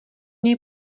něj